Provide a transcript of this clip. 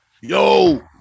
Yo